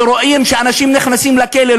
שרואים שאנשים נכנסים לכלא?